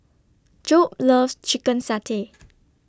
Jobe loves Chicken Satay